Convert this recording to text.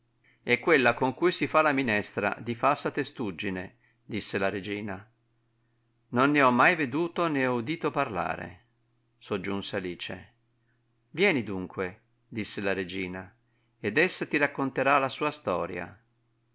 è quella con cui si fa la minestra di falsa testuggine disse la regina non ne ho mai veduto nè udito parlare soggiunse alice vieni dunque disse la regina ed essa ti racconterà la sua storia